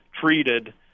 treated